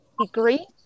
degree